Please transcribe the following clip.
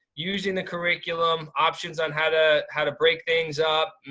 using the curriculum options on how to, how to break things up,